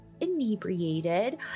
inebriated